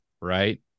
right